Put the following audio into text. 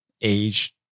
age